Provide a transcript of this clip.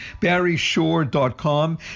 BarryShore.com